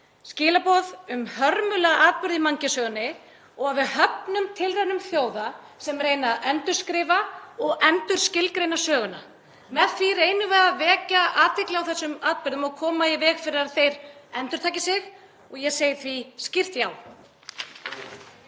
skilaboð um hörmulega atburði í mannkynssögunni og að við höfnum tilraunum þjóða sem reyna endurskrifa og endurskilgreina söguna. Með því reynum við að vekja athygli á þessum atburðum og koma í veg fyrir að þeir endurtaki sig. Ég segi því skýrt: Já.